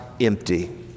empty